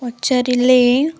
ପଚାରିଲେ